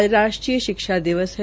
आज राष्ट्रीय शिक्षक दिवस है